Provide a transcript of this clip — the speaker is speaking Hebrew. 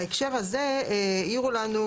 בהקשר הזה העירו לנו,